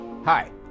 Hi